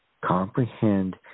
Comprehend